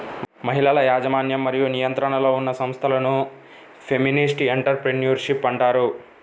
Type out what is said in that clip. మహిళల యాజమాన్యం మరియు నియంత్రణలో ఉన్న సంస్థలను ఫెమినిస్ట్ ఎంటర్ ప్రెన్యూర్షిప్ అంటారు